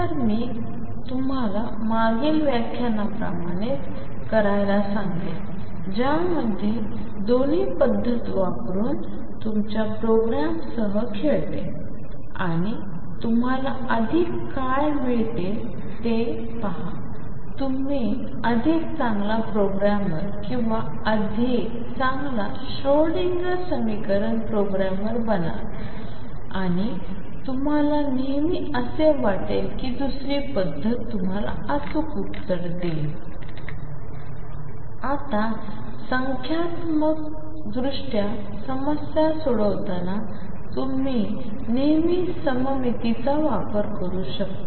तर मी तुम्हालामागील व्याख्यानाप्रमाणेच करायला सांगेन ज्यामध्ये दोन्ही पद्धत वापरून तुमच्या प्रोग्रामसह खेळते आणि तुम्हाला अधिक काय मिळते ते पहा तुम्ही अधिक चांगला प्रोग्रामर किंवा अधिक चांगला श्रोडिंगर समीकरण प्रोग्रामर बनाल आणि तुम्हाला नेहमी असे वाटेल की दुसरी पद्धत तुम्हाला अचूक उत्तर देईल आता संख्यात्मकदृष्ट्या समस्या सोडवताना तुम्ही नेहमी सममितीचा वापर करू शकता